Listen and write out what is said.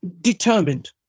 determined